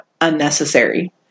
unnecessary